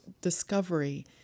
discovery